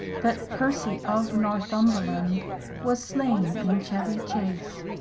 that percy of northumberland was slaine in chevy-chace.